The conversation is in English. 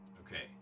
Okay